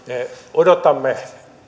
odotamme